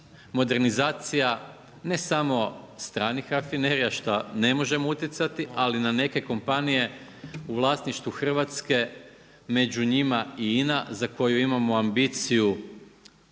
modernizacija, ne samo stranih rafinerija, šta ne možemo utjecati, ali na neke kompanije u vlasništvu Hrvatske, među njima i INA, za koju imamo ambiciju,